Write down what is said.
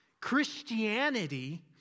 Christianity